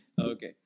Okay